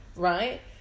Right